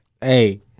Hey